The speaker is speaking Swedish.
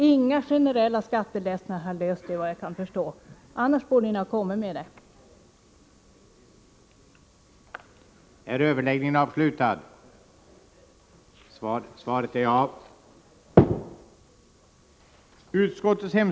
Inga generella skattelättnader hade löst de problemen, såvitt jag kan förstå, annars borde ni ha kommit med förslag till sådana.